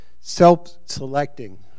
self-selecting